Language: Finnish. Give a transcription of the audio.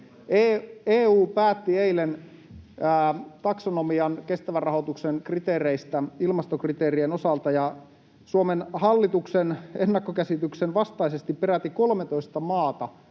EU päätti eilen taksonomian kestävän rahoituksen kriteereistä ilmastokriteerien osalta, ja Suomen hallituksen ennakkokäsityksen vastaisesti peräti 13 maata,